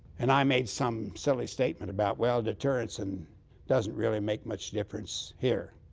and i made some silly statement about, well, deterrence and doesn't really make much difference here.